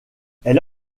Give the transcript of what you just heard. elle